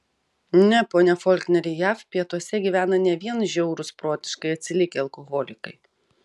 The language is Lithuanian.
ne pone folkneri jav pietuose gyvena ne vien žiaurūs protiškai atsilikę alkoholikai